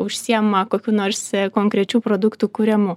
užsiima kokiu nors konkrečių produktų kūrimu